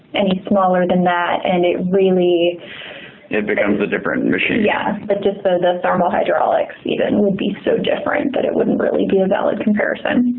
any smaller than that and it really it becomes a different and machine. yeah but just so the thermal hydraulics even will be so different that it wouldn't really be valid comparison.